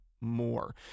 more